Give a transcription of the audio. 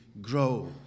grow